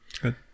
good